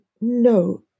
no